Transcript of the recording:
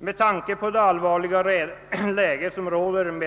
Det råder ett allvarligt läge i detta avseende.